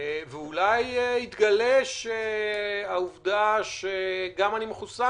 ואולי התגלה שהעובדה שגם אני מחוסן,